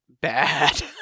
bad